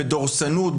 בדורסנות,